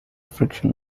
friction